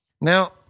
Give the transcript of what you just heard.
Now